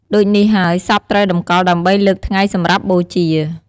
ដូចនេះហើយសពត្រូវតម្កល់ដើម្បីលើកថ្ងៃសម្រាប់បូជា។